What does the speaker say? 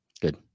Good